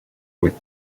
with